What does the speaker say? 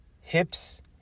hips